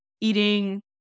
eating